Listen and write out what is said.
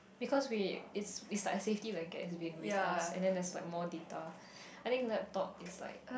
because we it's it's like a safety blanket it's been with us and there's like more data I think laptop is like